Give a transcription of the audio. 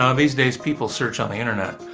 um these days people search on the internet.